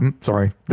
Sorry